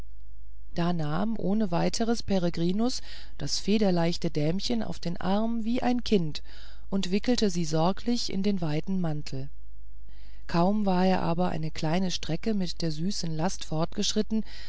da nahm ohne weiteres peregrinus das federleichte dämchen auf den arm wie ein kind und wickelte sie sorglich ein in den weiten mantel kaum war er aber eine kleine strecke mit der süßen last fortgeschritten